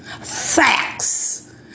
Facts